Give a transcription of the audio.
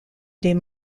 des